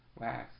last